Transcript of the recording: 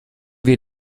wir